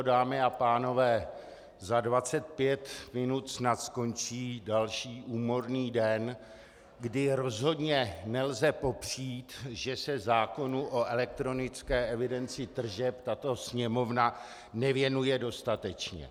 Dámy a pánové, za 25 minut snad skončí další úmorný den, kdy rozhodně nelze popřít, že se zákonu o elektronické evidenci tržeb tato Sněmovna nevěnuje dostatečně.